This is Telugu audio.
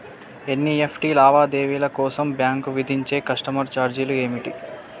ఎన్.ఇ.ఎఫ్.టి లావాదేవీల కోసం బ్యాంక్ విధించే కస్టమర్ ఛార్జీలు ఏమిటి?